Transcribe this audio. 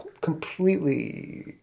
completely